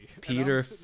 Peter